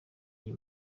iyi